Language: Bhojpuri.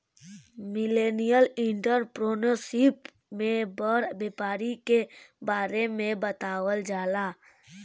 मिलेनियल एंटरप्रेन्योरशिप में बड़ व्यापारी के बारे में बतावल जाला